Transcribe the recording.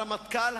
הרמטכ"ל,